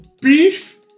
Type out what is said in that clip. Beef